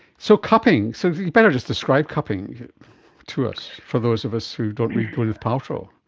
so cupping, so you'd better just describe cupping to us, for those of us who don't read gwyneth paltrow.